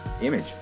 image